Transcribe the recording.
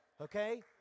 Okay